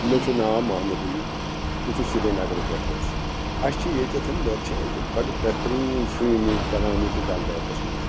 مےٚ چھِ ناو محمد عُیوٗب بہٕ چھُس سرینگرٕ پٮ۪ٹھ حظ اَسہِ چھِ ییٚتٮ۪تھ وٮ۪تہٕ چھِ ییٚتہِ بَڑٕ بہتریٖن سُومِنٛگ کَران ییٚتہِ ڈَل لیکَس منٛز